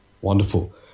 Wonderful